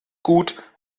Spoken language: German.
gut